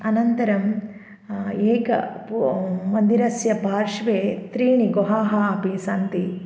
अनन्तरम् एकः पू मन्दिरस्य पार्श्वे त्रीणि गुहाः अपि सन्ति